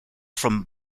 from